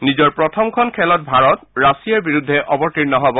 নিজৰ প্ৰথমখন খেলত ভাৰত ৰাছিয়াৰ বিৰুদ্ধে অৱতীৰ্ণ হব